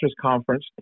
conference